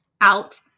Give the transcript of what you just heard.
out